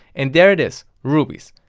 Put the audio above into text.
and there it is, rubies.